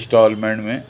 instalment में